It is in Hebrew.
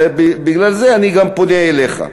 ובגלל זה אני גם פונה אליך.